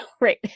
Right